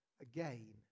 again